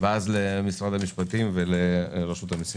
למשרד המשפטים ולרשות המיסים.